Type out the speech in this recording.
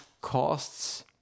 costs